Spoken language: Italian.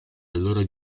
allora